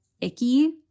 icky